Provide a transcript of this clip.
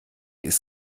ist